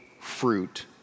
fruit